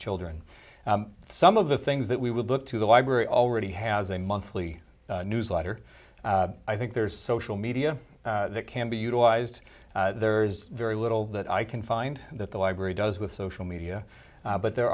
children some of the things that we would look to the library already has a monthly newsletter i think there's social media that can be utilized there's very little that i can find that the library does with social media but there